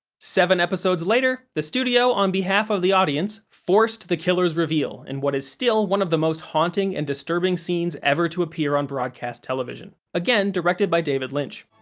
seven episodes later, the studio, on behalf of the audience, forced the killer's reveal in what is still one of the most haunting and disturbing scenes ever to appear on broadcast television, again directed by david lynch.